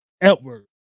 Edward